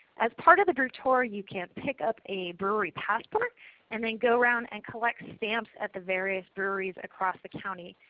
as part of the brew tour you can pick up this brewery passport and then go around and collect stamps at the various breweries across the county.